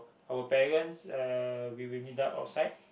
our parents uh we will meet up outside